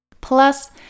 Plus